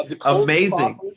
Amazing